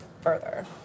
further